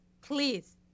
please